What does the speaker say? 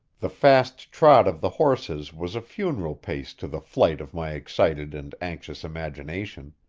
the fast trot of the horses was a funeral pace to the flight of my excited and anxious imagination.